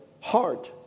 heart